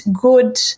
good